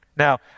Now